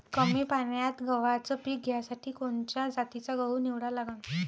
कमी पान्यात गव्हाचं पीक घ्यासाठी कोनच्या जातीचा गहू निवडा लागन?